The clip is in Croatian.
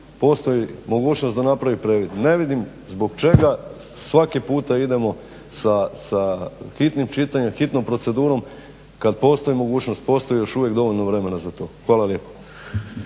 postoji mogućnost da napravi previd. Ne vidim zbog čega svaki puta idemo sa hitnim čitanjem, hitnom procedurom kad postoji mogućnost, postoji još uvijek dovoljno vremena za to. Hvala lijepo.